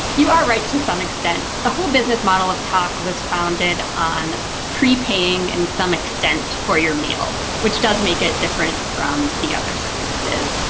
you are right to some extent the whole business model of talk was founded on prepaying in and some extent for your meal, which does make it different from the other services,